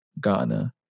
Ghana